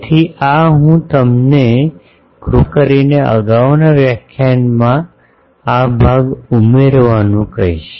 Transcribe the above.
તેથી આ હું તમને કૃપા કરીને અગાઉના વ્યાખ્યાનમાં આ ભાગ ઉમેરવાનું કહીશ